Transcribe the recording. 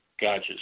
Gotcha